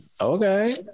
Okay